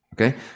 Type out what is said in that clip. okay